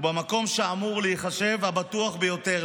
במקום שאמור להיחשב לבטוח ביותר,